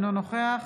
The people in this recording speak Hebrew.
אינו נוכח